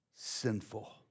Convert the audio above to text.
Sinful